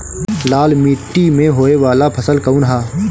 लाल मीट्टी में होए वाला फसल कउन ह?